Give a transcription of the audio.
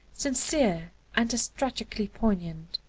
sincere and as tragically poignant.